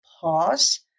pause